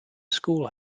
school